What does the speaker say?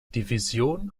division